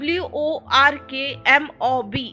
workmob